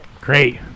great